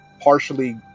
partially